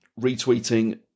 Retweeting